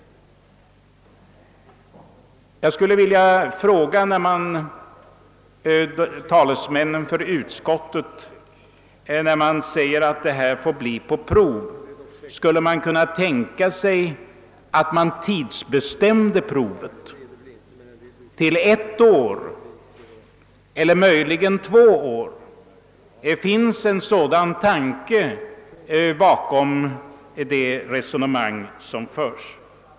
När utskottet betonar att verksamheten får bedrivas på prov skulle jag till talesmännen för utskottet vilja ställa frågan: Kan man tänka sig att tidsbestämma provet till ett år, eller möjligen två? Finns en sådan tanke bakom det resonemang som förs?